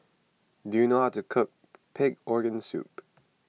do you know how to cook Pig Organ Soup